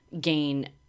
gain